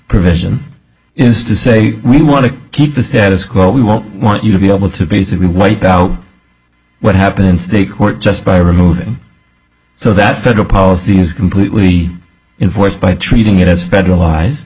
provision is to say we want to keep the status quo we won't want you to be able to basically wiped out what happened in state court just by removing so that federal policy is completely in force by treating it as federalize